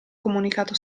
comunicato